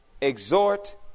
Exhort